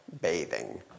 bathing